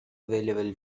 available